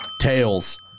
Tails